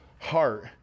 heart